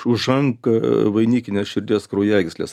užanka vainikinės širdies kraujagyslės